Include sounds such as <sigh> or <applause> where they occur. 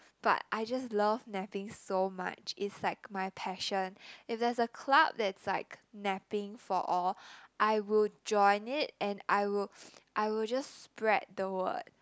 but I just love napping so much it's like my passion if there's a club that's like napping for all <breath> I will join it and I will <noise> I will just spread the word